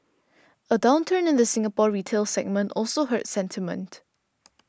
a downturn in the Singapore retail segment also hurt sentiment